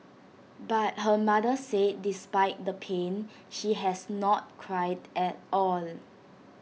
but her mother said despite the pain she has not cried at all